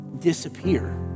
disappear